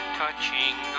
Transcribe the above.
Touching